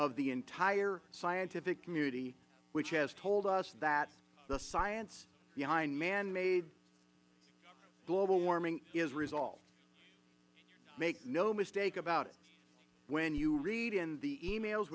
of the entire scientific community which has told us that the science behind manmade global warming is resolved make no mistake about it when you read in the e mails